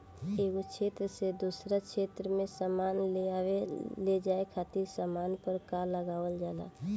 एगो क्षेत्र से दोसरा क्षेत्र में सामान लेआवे लेजाये खातिर सामान पर कर लगावल जाला